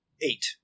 Eight